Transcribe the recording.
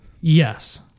Yes